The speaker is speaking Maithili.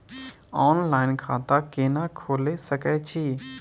ऑनलाइन खाता केना खोले सकै छी?